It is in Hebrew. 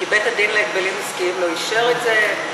כי בית-הדין להגבלים עסקיים לא אישר את זה,